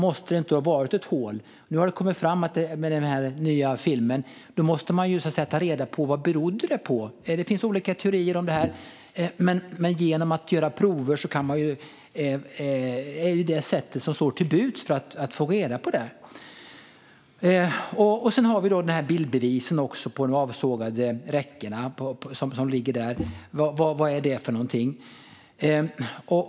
Måste det inte ha varit ett hål? Nu har det kommit fram i den nya filmen. Då måste man ta reda på: Vad berodde det på? Det finns olika teorier om det, men att göra prover är det som står till buds för att man ska få reda på det. Sedan har vi bildbevisen när det gäller avsågade räcken som ligger där. Vad är det för någonting?